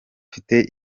mfite